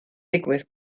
digwydd